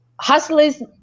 hustlers